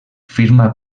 firma